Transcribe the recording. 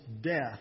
death